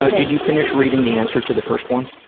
ah did you finish reading the answer to the first one?